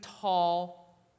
tall